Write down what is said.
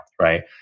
right